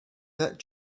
that